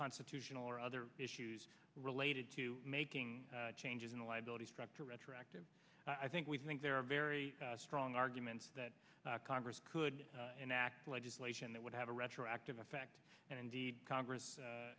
constitute all or other issues related to making changes in the liability structure retroactive i think we think there are very strong arguments that congress could enact legislation that would have a retroactive effect and indeed congress